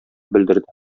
белдерде